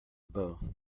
bow